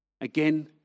Again